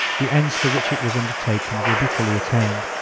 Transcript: the ends for which it was undertaken will be fully attained,